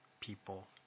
people